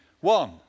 One